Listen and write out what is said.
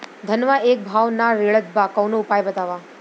धनवा एक भाव ना रेड़त बा कवनो उपाय बतावा?